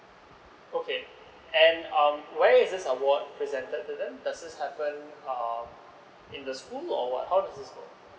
okay and um where is this award presented to them does this happen in the school or what how does this work